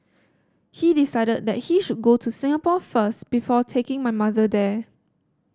he decided that he should go to Singapore first before taking my mother there